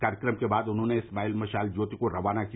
कार्यक्रम के बाद उन्होंने स्माइल मशाल ज्योति को रवाना किया